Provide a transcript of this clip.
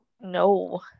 No